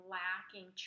lacking